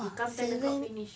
you come ten o'clock finished